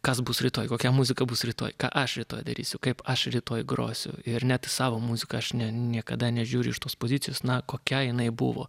kas bus rytoj kokia muzika bus rytoj ką aš rytoj darysiu kaip aš rytoj grosiu ir net į savo muziką aš ne niekada nežiūriu iš tos pozicijos na kokia jinai buvo